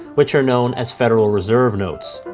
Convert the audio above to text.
which are known as federal reserve notes.